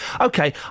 okay